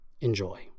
Enjoy